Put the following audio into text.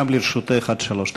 גם לרשותך עד שלוש דקות.